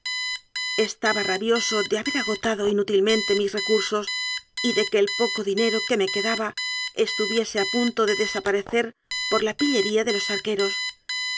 estaba rabioso de haber agotado inútilmente mis recursos y de que el poco dinero que me quedaba estuviese a punto de desaparecer por la pillería de los arqueros